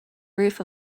roofs